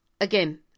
Again